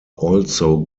also